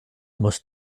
must